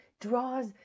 draws